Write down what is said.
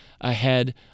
ahead